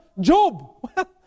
Job